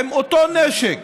עם אותו נשק,